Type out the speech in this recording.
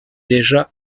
déjà